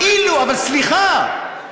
אבל סליחה,